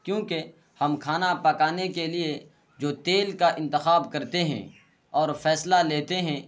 کیونکہ ہم کھانا پکانے کے لیے جو تیل کا انتخاب کرتے ہیں اور فیصلہ لیتے ہیں